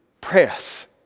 press